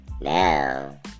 now